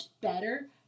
better